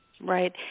Right